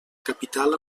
capital